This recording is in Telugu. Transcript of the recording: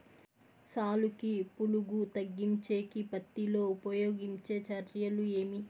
సాలుకి పులుగు తగ్గించేకి పత్తి లో ఉపయోగించే చర్యలు ఏమి?